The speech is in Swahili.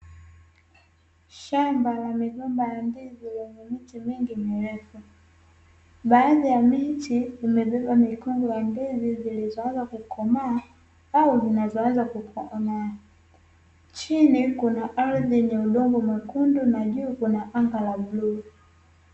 Shamba la migomba ya ndizi yenye miti mingi kirefu, baadhi ya miti imebeba mikungu ya ndizi zilizoanza kukomaa au zinazoanza kukomaa, chini kuna ardhi yenye udongo mwekundu na juu kuna anga la bluu.